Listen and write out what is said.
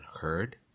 heard